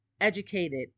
educated